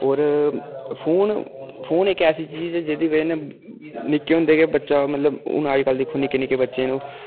होर phone phone इक ऐसी चीज ऐ जेह्दी बजह कन्नै निक्के होंदे गै बच्चा मतलब हून अजकल दिक्खो निक्के निक्के बच्चे न ओह्